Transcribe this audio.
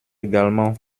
également